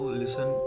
listen